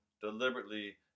deliberately